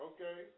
Okay